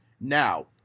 Now